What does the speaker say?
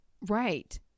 Right